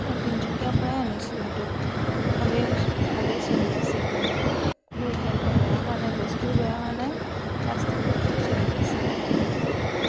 মই তিনিচুকীয়াৰ পৰাই আনিছিলোঁ সেইটো ভালেই ভালেই চলি আছে এতিয়ালৈকে কোনো এতিয়ালৈকে বেয়া হোৱা নাই বস্তুও বেয়া হোৱা নাই প্লাষ্টিকটোও ঠিক চলি আছে